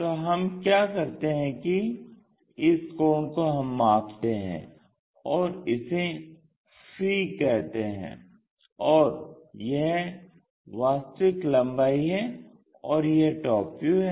तो हम क्या करते हैं कि इस कोण को हम मापते हैं और इसे फी 𝝓 कहते हैं और यह वास्तविक लम्बाई है और यह टॉप व्यू है